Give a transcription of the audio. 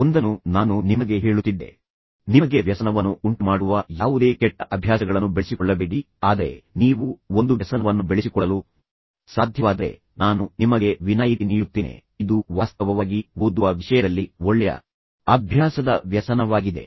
ಒಂದನ್ನು ನಾನು ನಿಮಗೆ ಹೇಳುತ್ತಿದ್ದೆ ನಿಮಗೆ ವ್ಯಸನವನ್ನು ಉಂಟುಮಾಡುವ ಯಾವುದೇ ಕೆಟ್ಟ ಅಭ್ಯಾಸಗಳನ್ನು ಬೆಳೆಸಿಕೊಳ್ಳಬೇಡಿ ಆದರೆ ನೀವು ಒಂದು ವ್ಯಸನವನ್ನು ಬೆಳೆಸಿಕೊಳ್ಳಲು ಸಾಧ್ಯವಾದರೆ ನಾನು ನಿಮಗೆ ವಿನಾಯಿತಿ ನೀಡುತ್ತೇನೆ ಮತ್ತು ಇದು ವಾಸ್ತವವಾಗಿ ಓದುವ ವಿಷಯದಲ್ಲಿ ಒಳ್ಳೆಯ ಅಭ್ಯಾಸದ ವ್ಯಸನವಾಗಿದೆ